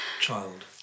child